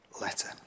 letter